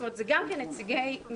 זאת אומרת שאלו גם כן נציגי מפלגות.